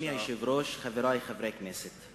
אדוני היושב-ראש, חברי חברי הכנסת,